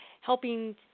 helping